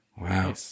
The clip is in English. Wow